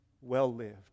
well-lived